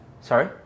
Sorry